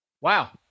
wow